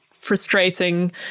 frustrating